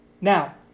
Now